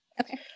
okay